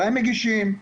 מתי מגישים,